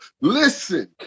listen